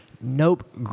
nope